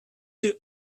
two